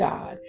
God